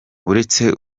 uretse